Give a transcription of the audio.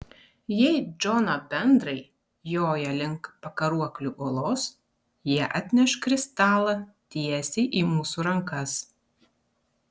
jei džono bendrai joja link pakaruoklių uolos jie atneš kristalą tiesiai į mūsų rankas